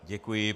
Děkuji.